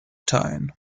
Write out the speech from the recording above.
tone